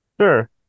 sure